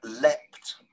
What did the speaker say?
leapt